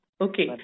Okay